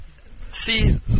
See